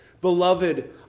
Beloved